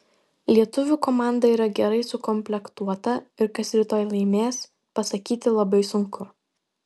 lietuvių komanda yra gerai sukomplektuota ir kas rytoj laimės pasakyti labai sunku